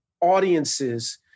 audiences